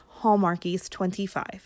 Hallmarkies25